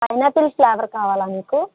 pineapple flavour కావాలా మీకు